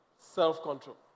Self-control